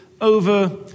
over